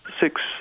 six